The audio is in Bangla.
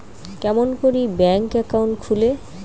কেমন করি ব্যাংক একাউন্ট খুলে?